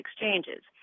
exchanges